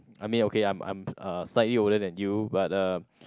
I mean okay I'm I'm uh slightly older than you but uh